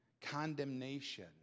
condemnation